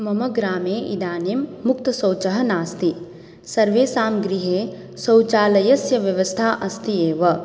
मम ग्रामे इदानीं मुक्तशौचः नास्ति सर्वेषां गृहे शौचालयव्यवस्था अस्ति एव